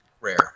rare